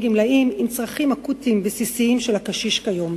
גמלאים עם צרכים אקוטיים בסיסיים של הקשיש כיום.